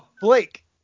Blake